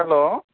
hello